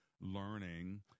learning